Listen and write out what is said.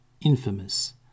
infamous